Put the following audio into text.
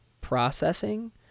processing